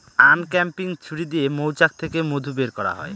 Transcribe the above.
uncapping ছুরি দিয়ে মৌচাক থেকে মধু বের করা হয়